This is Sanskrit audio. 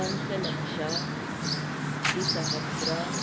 पञ्चलक्षः द्विसहस्रम्